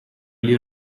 gli